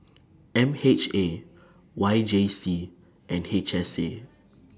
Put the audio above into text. M H A Y J C and H S A